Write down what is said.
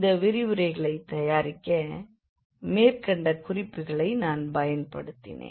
இந்த விரிவுரைகளைத் தயாரிக்க மேற்கண்ட குறிப்புக்களை நான் பயன்படுத்தினேன்